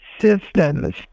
systems